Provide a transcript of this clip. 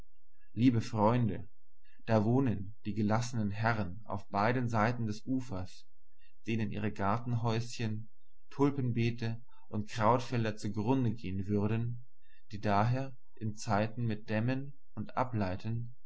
liebe freunde da wohnen die gelassenen herren auf beiden seiten des ufers denen ihre gartenhäuschen tulpenbeete und krautfelder zugrunde gehen würden die daher in zeiten mit dämmen und ableiten